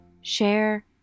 share